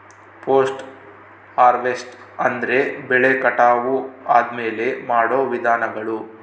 post harvest ಅಂದ್ರೆ ಬೆಳೆ ಕಟಾವು ಆದ್ಮೇಲೆ ಮಾಡೋ ವಿಧಾನಗಳು